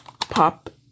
pop